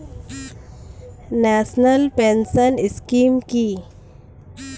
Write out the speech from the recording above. National pension scheme কি?